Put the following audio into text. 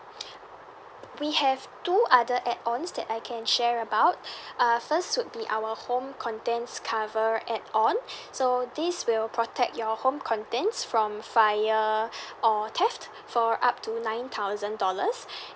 we have two other add ons that I can share about uh first would be our home contents cover add on so this will protect your home contents from fire or theft for up to nine thousand dollars